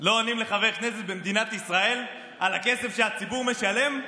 לא עונים לחבר כנסת במדינת ישראל על הכסף שהציבור משלם?